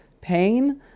pain